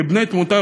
כבני-תמותה,